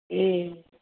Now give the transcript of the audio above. ए